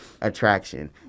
attraction